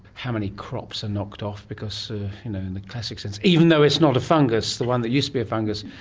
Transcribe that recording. how many crops are knocked off in ah and the classic sense. even though it's not a fungus, the one that used to be a fungus